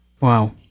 Wow